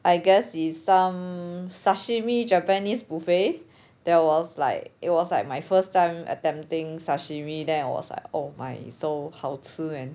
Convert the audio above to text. I guess its some sashimi japanese buffet there was like it was like my first time attempting sashimi then it was like oh my so 好吃 man